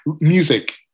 music